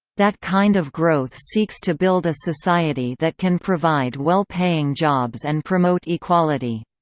that kind of growth seeks to build a society that can provide well-paying jobs and promote equality.